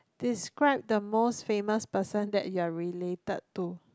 describe the most famous person that you are related to